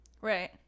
right